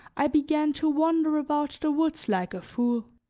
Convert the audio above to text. i began to wander about the woods like a fool.